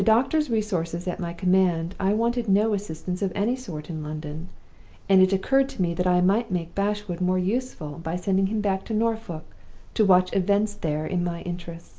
but with the doctor's resources at my command, i wanted no assistance of any sort in london and it occurred to me that i might make bashwood more useful by sending him back to norfolk to watch events there in my interests.